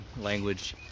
language